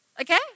Okay